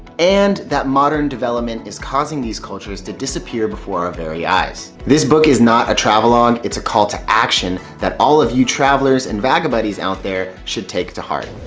and that modern development is causing these cultures to disappear before our very eyes. this book is not a travel log it's a call to action that all of you travelers and vagabuddies out there should take to heart.